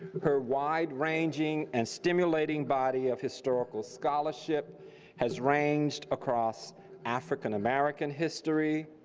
her wide ranging and stimulating body of historical scholarship has ranged across african american history,